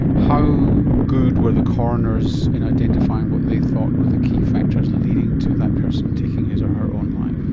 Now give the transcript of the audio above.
how good were the coroners in identifying what they thought were the key factors leading to that person taking his or her own life?